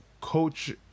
coach